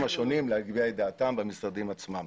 השונים להביע את דעתם במשרדים עצמם.